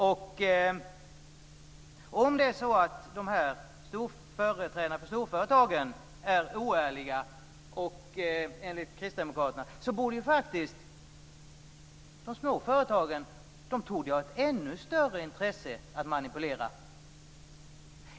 Om företrädarna för storföretagen är oärliga, som kristdemokraterna säger, borde faktiskt de små företagen ha ett ännu större intresse av att manipulera.